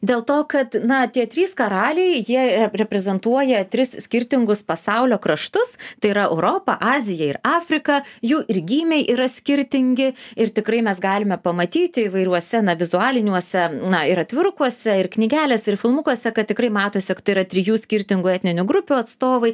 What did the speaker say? dėl to kad na tie trys karaliai jie reprezentuoja tris skirtingus pasaulio kraštus tai yra europą aziją ir afriką jų ir gymiai yra skirtingi ir tikrai mes galime pamatyti įvairiuose na vizualiniuose na ir atvirukuose ir knygelėse ir filmukuose kad tikrai matosi jog tai yra trijų skirtingų etninių grupių atstovai